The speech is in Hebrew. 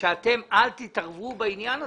ושאתם לא תתערבו בעניין הזה.